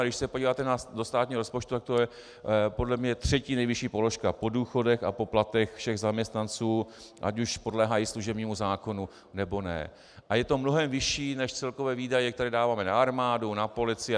Když se podíváte do státního rozpočtu, tak to je podle mě třetí nejvyšší položka po důchodech a po platech všech zaměstnanců, ať už podléhají služebnímu zákonu, nebo ne, a je to mnohem vyšší než celkové výdaje, které dáváme na armádu, na policii.